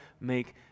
make